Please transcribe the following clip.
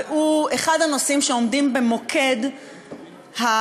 והוא אחד הנושאים שעומדים במוקד חוסר